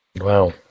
Wow